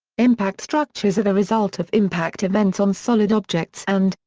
impact structures are the result of impact events on solid objects and,